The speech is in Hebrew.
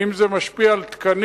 האם זה משפיע על תקנים?